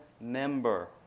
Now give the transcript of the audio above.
member